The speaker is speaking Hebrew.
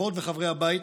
חברות וחברי הבית,